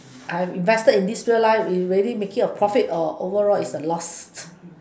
I have invested in this real life is really making a profit or overall is a loss